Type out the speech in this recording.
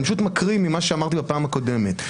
אני פשוט מקריא ממה שאמרתי בפעם הקודמת.